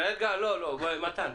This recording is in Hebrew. רגע, לא, מתן.